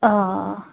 آ